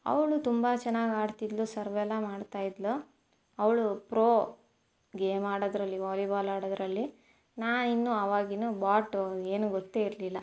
ಅವಳು ತುಂಬ ಚೆನ್ನಾಗಿ ಆಡ್ತಿದ್ದಳು ಸರ್ವ್ ಎಲ್ಲ ಮಾಡ್ತಾ ಇದ್ದಳು ಅವಳು ಪ್ರೊ ಗೇಮ್ ಆಡೋದರಲ್ಲಿ ವಾಲಿಬಾಲ್ ಆಡೋದರಲ್ಲಿ ನಾ ಇನ್ನು ಆವಾಗಿನ್ನೂ ಏನೂ ಗೊತ್ತೇ ಇರಲಿಲ್ಲ